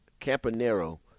Campanero